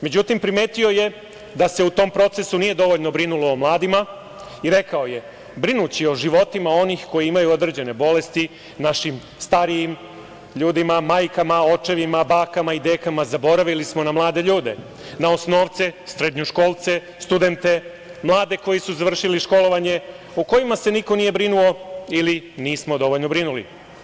Međutim, primetio je da se u tom procesu nije dovoljno brinulo o mladima i rekao je: "Brinući o životima onih koji imaju određene bolesti, našim starijim ljudima, majkama, očevima, bakama i dekama, zaboravili smo na mlade ljude, na osnovce, srednjoškolce, studente, mlade koji su završili školovanje o kojima se niko nije brinuo ili nismo dovoljno brinuli.